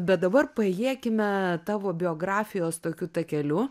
bet dabar paėjėkime tavo biografijos tokiu takeliu